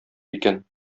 икән